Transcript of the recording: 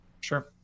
Sure